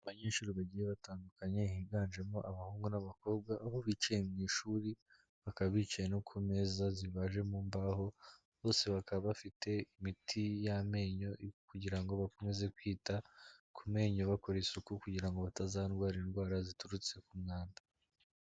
Abanyeshuri bagiye batandukanye higanjemo abahungu n'abakobwa, aho bicaye mu ishuri, bakaba bicaye no ku meza zibaje mu mbaho, bose bakaba bafite imiti y'amenyo kugira bakomeze kwita ku menyo bakora isuku kugira batazarwara indwara ziturutse mu mwanda.